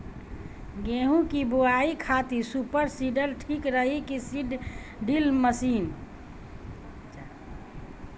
गेहूँ की बोआई खातिर सुपर सीडर ठीक रही की सीड ड्रिल मशीन?